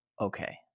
okay